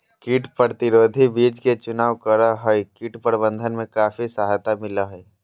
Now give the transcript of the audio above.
कीट प्रतिरोधी बीज के चुनाव करो हइ, कीट प्रबंधन में काफी सहायता मिलैय हइ